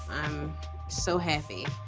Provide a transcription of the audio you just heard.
i'm so happy.